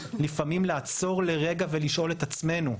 לפעמים לעצור לרגע ולשאול את עצמנו,